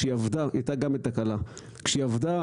היא גם הייתה בתקלה כשהיא עבדה,